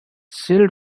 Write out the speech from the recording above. still